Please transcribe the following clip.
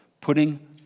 Putting